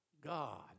God